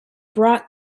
brought